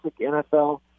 NFL